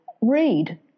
read